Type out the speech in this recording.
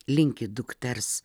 linki dukters